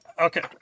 okay